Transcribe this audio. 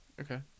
Okay